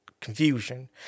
confusion